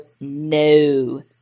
No